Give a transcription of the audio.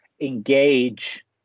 engage